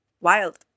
wild